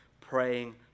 praying